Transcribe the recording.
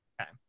Okay